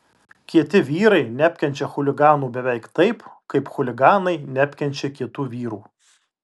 kieti vyrai neapkenčia chuliganų beveik taip kaip chuliganai neapkenčia kietų vyrų